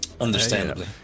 Understandably